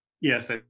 Yes